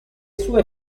sue